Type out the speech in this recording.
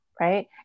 Right